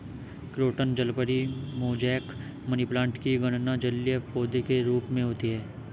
croton जलपरी, mosaic, money plant की भी गणना जलीय पौधे के रूप में होती है